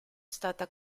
stata